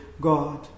God